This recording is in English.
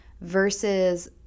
versus